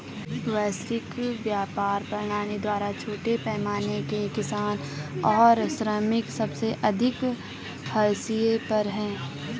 वैश्विक व्यापार प्रणाली द्वारा छोटे पैमाने के किसान और श्रमिक सबसे अधिक हाशिए पर हैं